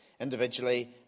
individually